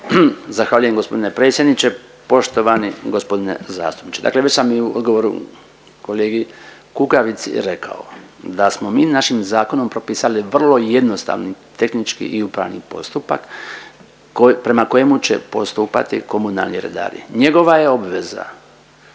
Zahvaljujem gospodine predsjedniče. Poštovani gospodine zastupniče, dakle već sam i u odgovoru kolegi Kukavici rekao da smo mi našim zakonom propisali vrlo jednostavni tehnički i upravni postupak prema kojemu će postupati komunalni redari. Njegova je obveza